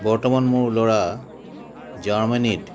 বৰ্তমান মোৰ ল'ৰা জাৰ্মানীত